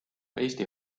eesti